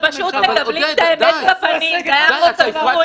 אתם פשוט מקבלים את האמת בפנים זה היה חוק הזוי,